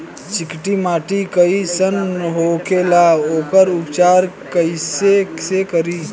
चिकटि माटी कई सन होखे ला वोकर उपचार कई से करी?